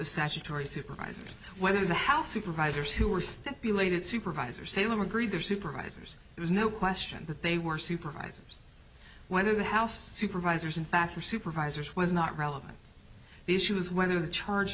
statutory supervisors whether the house supervisors who were stipulated supervisor salem agreed their supervisors there's no question that they were supervisors whether the house supervisors in fact were supervisors was not relevant the issue was whether the charge